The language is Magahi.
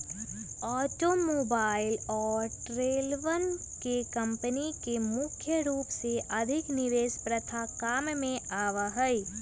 आटोमोबाइल और ट्रेलरवन के कम्पनी में मुख्य रूप से अधिक निवेश प्रथा काम में आवा हई